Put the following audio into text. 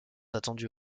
attendue